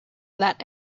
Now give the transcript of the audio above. that